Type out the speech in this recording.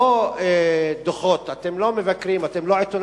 לא דוחות, אתם לא מבקרים, אתם לא עיתונאים.